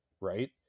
right